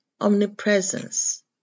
omnipresence